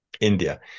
India